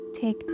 take